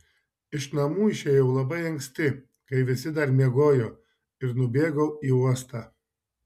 iš namų išėjau labai anksti kai visi dar miegojo ir nubėgau į uostą